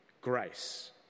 grace